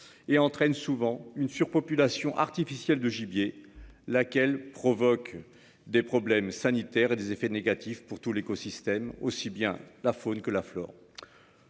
et entraîne souvent une surpopulation artificiel de gibier. Laquelle provoque des problèmes sanitaires et des effets négatifs pour tout l'écosystème aussi bien la faune que la flore.--